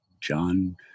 John